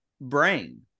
brain